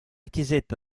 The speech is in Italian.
chiesetta